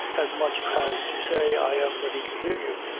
as much as to say, i am ready to hear you.